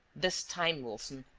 this time, wilson,